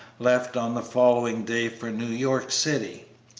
left on the following day for new york city.